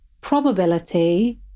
probability